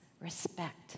respect